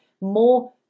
more